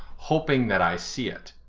hoping that i see it,